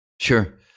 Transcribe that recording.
Sure